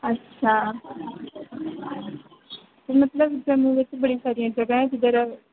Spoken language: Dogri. अच्छा मतलब जम्मू बिच्च बड़ियां सारिया जगह न जिद्धर